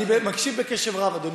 אני מקשיב בקשב רב, אדוני.